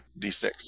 d6